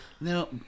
No